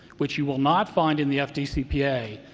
which you will not find in the fdcpa,